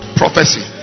prophecy